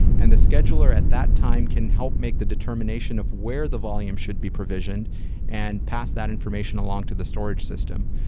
and the scheduler at that time can help make the determination of where the volume should be provisioned and pass that information along to the storage system.